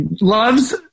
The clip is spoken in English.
loves